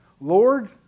Lord